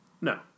No